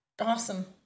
Awesome